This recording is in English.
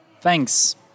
Thanks